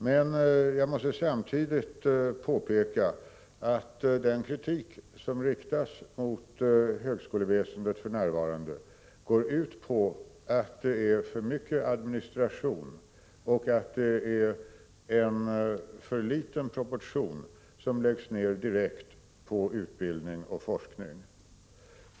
Men jag måste samtidigt påpeka att den kritik som riktas mot högskoleväsendet för närvarande går ut på att det är för mycket administration och att en för liten proportion av resurserna läggs ner direkt på utbildning och forskning.